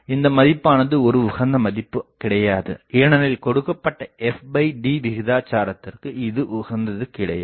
இந்த மதிப்பானது ஒரு உகந்த மதிப்பு கிடையாது ஏனெனில் கொடுக்கப்பட்ட fd விகிதாசாரத்துக்கு இது உகந்தது கிடையாது